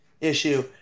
issue